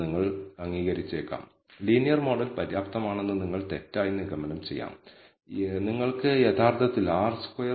ഓർക്കുക നമ്മൾ ഫിറ്റ് ചെയ്തിരിക്കുന്ന ലീനിയർ മോഡലിന്റെ ഗുണകങ്ങൾ അത് ഇന്റർസെപ്റ്റ് പദമായ β0 ഉം സ്ലോപ്പ് പദമായ β1 ഉം ആണ്